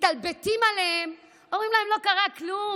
מסתלבטים עליהם ואומרים להם: לא קרה כלום,